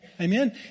Amen